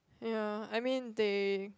ya I mean they